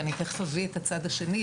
ואני תיכף אביא את הצד השני,